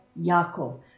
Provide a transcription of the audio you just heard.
Yaakov